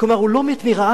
כלומר הוא לא מת מרעב,